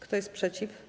Kto jest przeciw?